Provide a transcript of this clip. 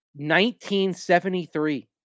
1973